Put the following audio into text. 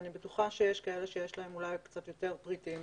אני בטוחה שיש כאלה שיש להם אולי קצת פריטים